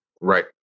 Right